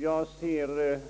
Jag ser